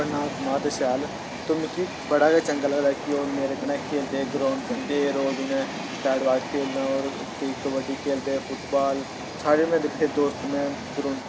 अपना नांऽ कमा'रदे शैल ते मिक्की बड़ा गै चंगा लगदा कि ओह् मेरे कन्नै खेढदे हे ग्राउंड च ते रोज उ'नें बैट बॉल खेढना और केई कब्बडी खेढदे फुट्टबॉल साढ़े में दिक्खे दोस्त में ग्राउंड